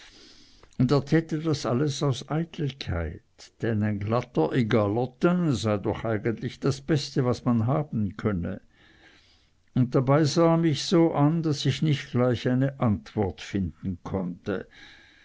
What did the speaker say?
und er täte das alles aus eitelkeit denn ein glatter egaler teint sei doch eigentlich das beste was man haben könne und dabei sah er mich so an daß ich nicht gleich eine antwort finden konnte